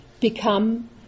become